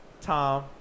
Tom